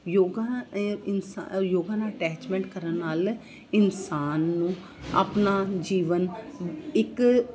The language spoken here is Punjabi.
ਯੋਗਾ ਇਨਸਾ ਯੋਗਾ ਨਾਲ ਅਟੈਚਮੈਂਟ ਕਰਨ ਨਾਲ ਇਨਸਾਨ ਨੂੰ ਆਪਣਾ ਜੀਵਨ ਇੱਕ